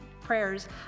prayers